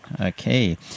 okay